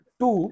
two